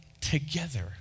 together